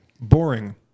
boring